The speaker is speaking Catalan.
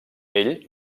ell